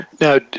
Now